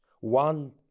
One